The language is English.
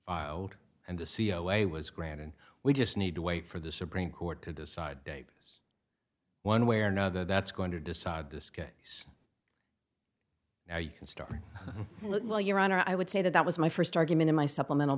filed and the cia was granted we just need to wait for the supreme court to decide davis one way or another that's going to decide this case now you can start well your honor i would say that that was my first argument in my supplemental